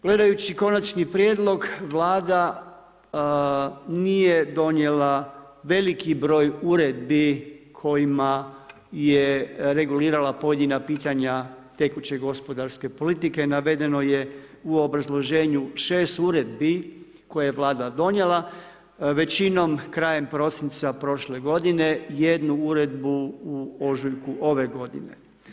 Gledajući konačni prijedlog, Vlada nije donijela veliki broj uredbi kojima je regulirala pojedina pitanja tekuće gospodarske politike, navedeno je u obrazloženju 6 uredbi koje je Vlada donijela, većinom, krajem prosinca prošle godine, jednu uredbu u ožujku ove godine.